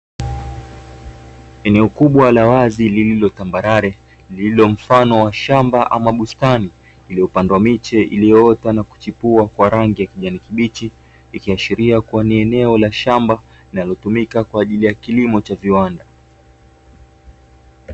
Eneo kubwa la wazi lililo tambarare lililo mfano wa shamba ama bustani, lililopandwa miche iliyoota na kuchipua kwa rangi ya kijani kibichi, ikiashiria kuwa ni eneo la shamba linalotumika kwa ajili ya kilimo cha viwanda.